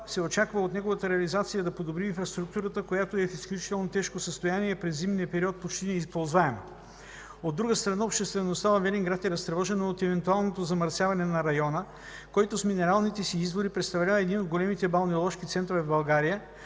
се очаква от неговата реализация да се подобри инфраструктурата, която е в изключително тежко състояние и през зимния период почти неизползваема. От друга страна обществеността във Велинград е разтревожена от евентуалното замърсяване на района, който с минералните си извори представлява един от големите балнеоложки центрове в България,